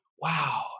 wow